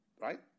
Right